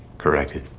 corrected?